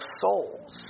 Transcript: souls